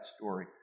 story